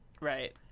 Right